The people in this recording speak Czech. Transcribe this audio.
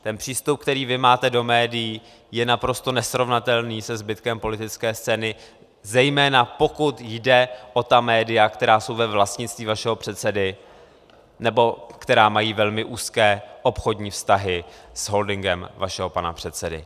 Ten přístup, který vy máte do médií, je naprosto nesrovnatelný se zbytkem politické scény, zejména pokud jde o ta média, která jsou ve vlastnictví vašeho předsedy nebo která mají velmi úzké obchodní vztahy s holdingem vašeho pana předsedy.